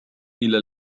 إلى